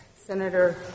Senator